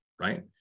right